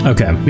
Okay